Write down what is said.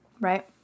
Right